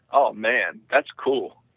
oh, man, that's cool,